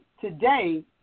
today